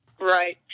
right